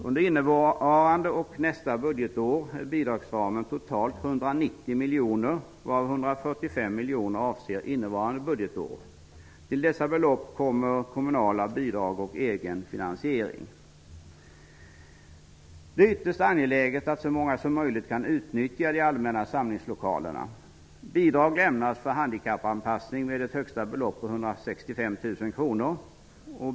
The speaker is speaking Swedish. Under innevarande och nästa budgetår är bidragsramen totalt 190 miljoner, varav 145 miljoner avser innevarande budgetår. Till dessa belopp kommer kommunala bidrag och egen finansiering. Det är ytterst angeläget att så många som möjligt kan utnyttja de allmänna samlingslokalerna. Bidrag lämnas för handikappanpassning med ett högsta belopp av 165 000 kronor.